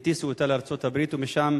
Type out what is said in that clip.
הטיסו אותה לארצות-הברית ומשם